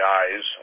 eyes